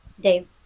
Dave